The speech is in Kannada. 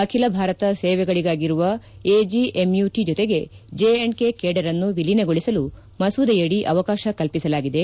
ಅಖಿಲ ಭಾರತ ಸೇವೆಗಳಿಗಾಗಿರುವ ಎಜಿಎಂಯುಟಿ ಜೊತೆಗೆ ಜೆ ಕೆ ಕೇಡರ್ನ್ನು ವಿಲೀನಗೊಳಿಸಲು ಮಸೂದೆಯಡಿ ಅವಕಾಶ ಕಲ್ಪಿಸಲಾಗಿದೆ